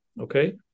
okay